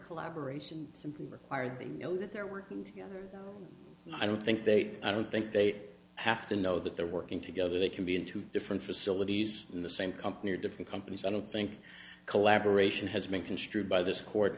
collaboration simply require they know that they're working together i don't think they i don't think they have to know that they're working together they can be in two different facilities in the same company or different companies i don't think collaboration has been construed by this court